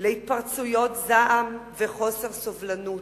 לעתים להתפרצויות זעם ולחוסר סובלנות,